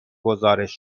گزارش